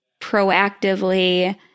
proactively